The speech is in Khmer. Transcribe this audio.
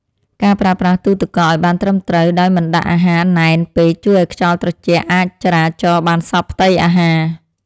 ការប្រើប្រាស់ទូរទឹកកកឱ្យបានត្រឹមត្រូវដោយមិនដាក់អាហារណែនពេកជួយឱ្យខ្យល់ត្រជាក់អាចចរាចរបានសព្វផ្ទៃអាហារ។